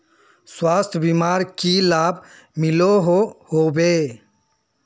स्वास्थ्य बीमार की की लाभ मिलोहो होबे?